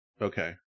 Okay